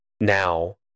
now